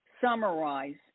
summarize